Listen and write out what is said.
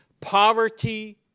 Poverty